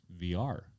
VR